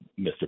Mr